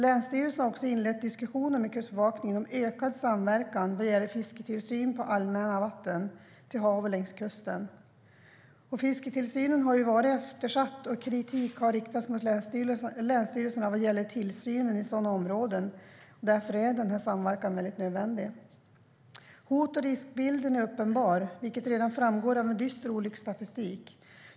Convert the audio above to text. Länsstyrelsen har också inlett diskussioner med Kustbevakningen om ökad samverkan vad gäller fisketillsynen på allmänt vatten till hav och längs kusten. Fisketillsynen har varit eftersatt, och kritik har riktats mot länsstyrelserna vad gäller vad gäller tillsynen i sådana områden. Därför är denna samverkan nödvändig. Hot och riskbilden är uppenbar, vilket redan framgår av en dyster olycksstatistik.